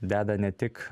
deda ne tik